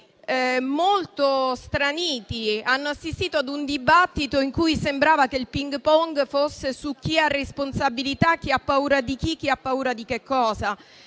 molto straniti, poiché hanno assistito ad un dibattito in cui sembrava che il ping pong fosse su chi ha responsabilità, chi ha paura di chi, chi ha paura di che cosa.